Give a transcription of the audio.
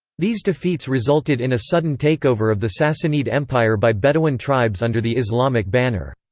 these defeats resulted in a sudden takeover of the sassanid empire by bedouin tribes under the islamic banner.